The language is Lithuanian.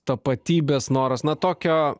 tapatybės noras na tokio